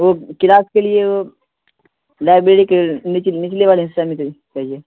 وہ کلاس کے لیے لائبریری کے نچلے والے حصہ میں چاہیے